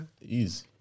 Easy